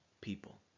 people